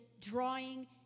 drawing